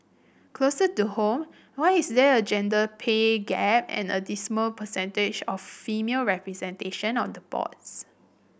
closer to home why is there a gender pay gap and a dismal percentage of female representation on the boards